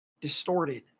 distorted